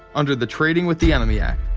under the trading with the enemy act.